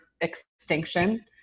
extinction